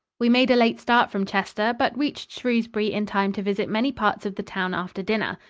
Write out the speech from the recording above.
we made a late start from chester, but reached shrewsbury in time to visit many parts of the town after dinner.